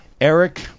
Eric